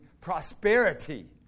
prosperity